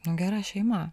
nu gera šeima